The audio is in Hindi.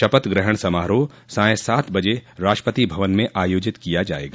शपथ ग्रहण समारोह सायं सात बजे राष्ट्रपति भवन में आयोजित किया जायेगा